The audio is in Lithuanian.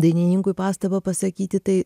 dainininkui pastabą pasakyti tai